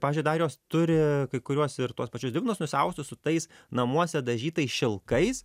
pavyzdžiui dar ios turi kai kuriuos ir tuos pačius dignus nusiaustus su tais namuose dažytais šilkais